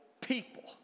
people